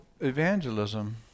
Evangelism